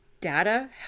data